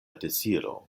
deziro